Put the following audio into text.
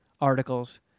articles